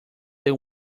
they